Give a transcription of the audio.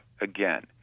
Again